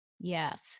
Yes